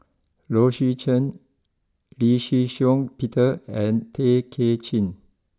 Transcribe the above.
Low Swee Chen Lee Shih Shiong Peter and Tay Kay Chin